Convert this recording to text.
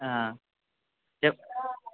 చెప్పు